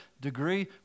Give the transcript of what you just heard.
degree